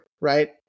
right